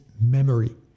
memory